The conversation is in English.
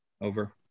Over